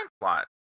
plot